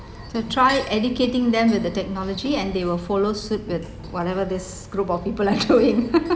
to try educating them with the technology and they will follow suit with whatever this group of people are doing